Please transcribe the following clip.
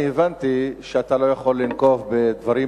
אני הבנתי שאתה לא יכול לנקוב בדברים